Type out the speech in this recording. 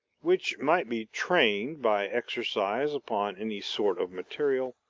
which might be trained by exercise upon any sort of material,